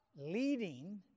leading